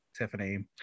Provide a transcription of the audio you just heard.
tiffany